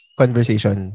conversation